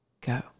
go